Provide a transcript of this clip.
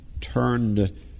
turned